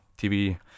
TV